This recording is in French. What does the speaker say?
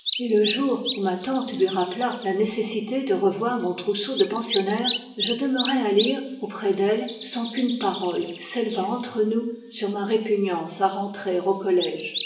et le jour où ma tante lui rappela la nécessité de revoir mon trousseau de pensionnaire je demeurai à lire auprès d'elle sans qu'une parole s'élevât entre nous sur ma répugnance à rentrer au collège